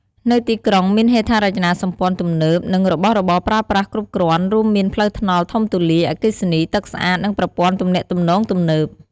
នៅទីក្រុងមានហេដ្ឋារចនាសម្ព័ន្ធទំនើប និងរបស់របរប្រើប្រាស់គ្រប់គ្រាន់ រួមមានផ្លូវថ្នល់ធំទូលាយ អគ្គិសនី ទឹកស្អាត និងប្រព័ន្ធទំនាក់ទំនងទំនើប។